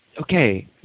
Okay